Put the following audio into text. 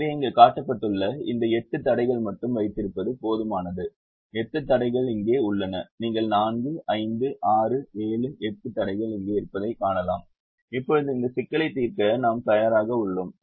எனவே இங்கே காட்டப்பட்டுள்ள இந்த எட்டு தடைகளை மட்டுமே வைத்திருப்பது போதுமானது எட்டு தடைகள் இங்கே உள்ளன நீங்கள் 4 5 6 7 8 தடைகள் இங்கே இருப்பதைக் காணலாம் இப்போது இந்த சிக்கலை தீர்க்க நாம் தயாராக உள்ளோம்